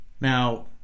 now